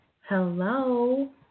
Hello